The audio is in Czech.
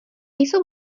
jsou